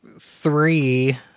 three